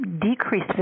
decreased